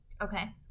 Okay